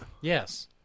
Yes